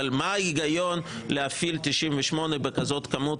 אבל מה ההיגיון להפעיל 98 בכזאת כמות,